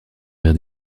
rire